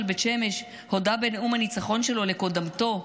בית שמש הודה בנאום הניצחון שלו לקודמתו,